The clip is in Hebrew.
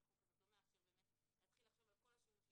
החוק הזו לא מאפשר באמת להתחיל לחשוב על כל השימושים